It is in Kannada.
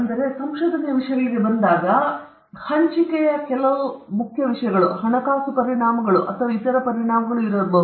ಆದರೆ ಇದು ಸಂಶೋಧನೆಯ ವಿಷಯಗಳಿಗೆ ಬಂದಾಗ ಹಂಚಿಕೆಯು ಕೆಲವು ಪ್ರಮುಖ ಹಣಕಾಸು ಪರಿಣಾಮಗಳು ಮತ್ತು ಇತರ ಪರಿಣಾಮಗಳನ್ನು ಹೊಂದಿರಬಹುದು